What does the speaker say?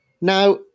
Now